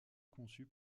conçu